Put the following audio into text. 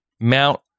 Mount